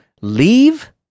leave